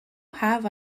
have